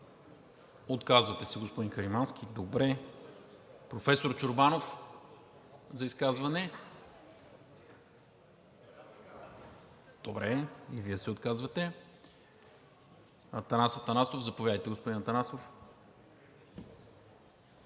Отказвате се, господин Каримански? Добре. Професор Чорбанов – за изказване? И Вие се отказвате. Заповядайте, господин Атанасов.